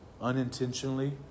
unintentionally